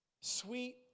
sweet